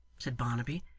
said barnaby,